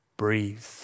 Breathe